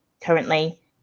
currently